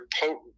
potent